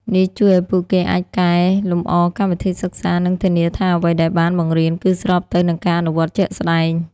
នេះជួយឱ្យពួកគេអាចកែលម្អកម្មវិធីសិក្សា និងធានាថាអ្វីដែលបានបង្រៀនគឺស្របទៅនឹងការអនុវត្តជាក់ស្តែង។